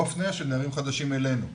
או הפניה של נערים חדשים אלינו.